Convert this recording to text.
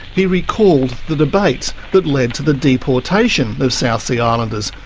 he recalled the debates that led to the deportation of south sea islanders,